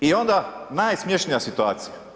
I onda najsmješnija situacija.